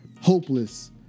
hopeless